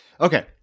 Okay